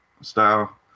style